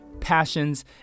Passions